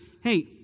Hey